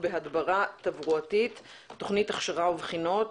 בהדברה תברואית (תוכנית הכשרה ובחינות),